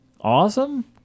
awesome